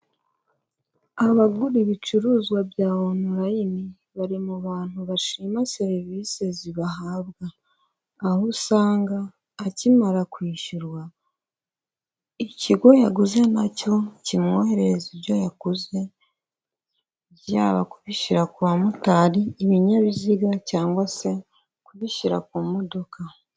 Abagura ibicuruzwa bya onulayini bari mu bantu bashima serivise zibahabwa, aho usanga akimara kwishyurwa ikigo yaguze na cyo kimwoherereza ibyo yaguze, byaba kubishyira ku bamotari, ibinyabiziga cyangwa se kubishyira ku modoka.